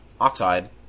oxide